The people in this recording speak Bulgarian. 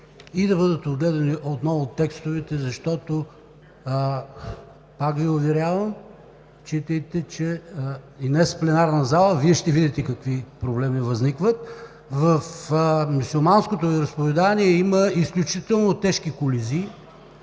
и да бъдат огледани отново текстовете. Аз Ви уверявам, считайте, и днес в пленарната зала ще видите какви проблеми възникват, в мюсюлманското вероизповедание има изключително тежки колизии.